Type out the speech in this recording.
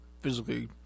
physically